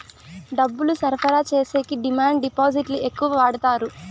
డబ్బులు సరఫరా చేసేకి డిమాండ్ డిపాజిట్లు ఎక్కువ వాడుతారు